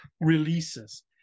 releases